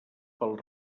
pel